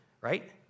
right